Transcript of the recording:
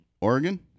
Oregon